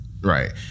right